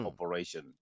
operation